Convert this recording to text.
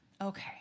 Okay